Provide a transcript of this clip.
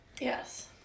Yes